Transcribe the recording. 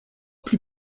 plus